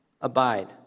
abide